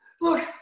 Look